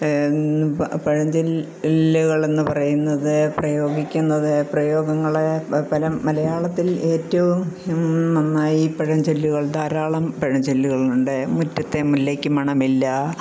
പഴഞ്ചൊല്ലുകളെന്ന് പറയുന്നത് പ്രയോഗിക്കുന്നത് പ്രയോഗങ്ങൾ പല മലയാളത്തിൽ ഏറ്റവും നന്നായി പഴഞ്ചൊല്ലുകൾ ധാരാളം പഴഞ്ചൊല്ലുകളുണ്ട് മുറ്റത്തെ മുല്ലയ്ക്ക് മണമില്ല